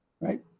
Right